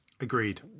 Agreed